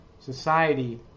society